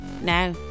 Now